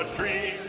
three